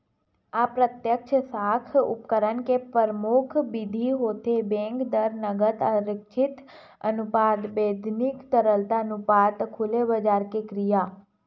अप्रत्यक्छ साख उपकरन के परमुख बिधि होथे बेंक दर, नगद आरक्छित अनुपात, बैधानिक तरलता अनुपात, खुलेबजार के क्रिया